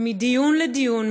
מדיון לדיון,